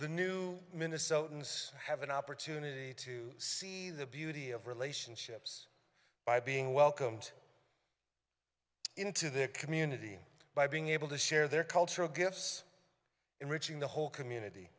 the new minnesotans have an opportunity to see the beauty of relationships by being welcomed into the community by being able to share their cultural gifts enriching the whole community